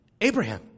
Abraham